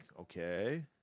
okay